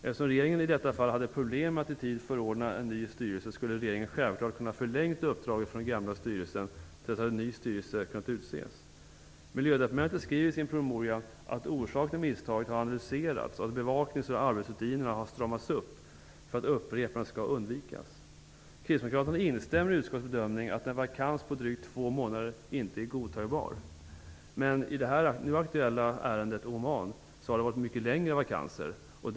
Eftersom regeringen i detta fall hade problem med att i tid förordna en ny styrelse skulle regeringen självklart ha kunnat förlänga uppdraget för den gamla styrelsen till dess att en ny styrelse kunde utses. Miljödepartementet skriver i en promemoria att orsaken till misstaget har analyserats och att bevaknings och arbetsrutinerna har stramats upp för att upprepanden skall undvikas. Kristdemokraterna instämmer i utskottets bedömning att en vakans på drygt två månader inte är godtagbar. I det andra aktuella ärendet, som gäller Oman, har vakanserna varit ännu längre.